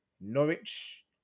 Norwich